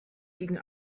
gegen